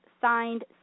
signed